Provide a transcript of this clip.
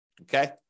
okay